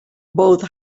both